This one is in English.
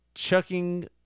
Chucking